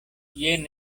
jen